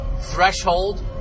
threshold